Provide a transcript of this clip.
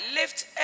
lift